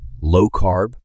Low-carb